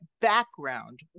background